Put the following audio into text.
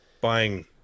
Buying